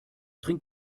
trink